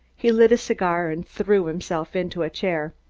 he lit a cigar and threw himself into a chair.